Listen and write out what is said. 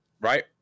Right